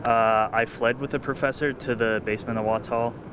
i fled with the professor to the basement o watts hall.